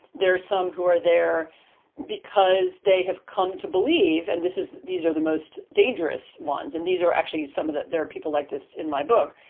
there are some who are there because they have come to believe and this is these are the most dangerous ones and these are actually some of them. there are people like this in my book.